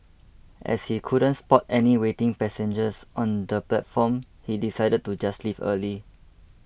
as he couldn't spot any waiting passengers on the platform he decided to just leave early